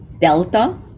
delta